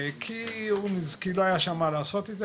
כי לא היה שם מה לעשות עם זה,